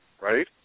right